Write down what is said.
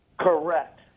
correct